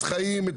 מה